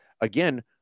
again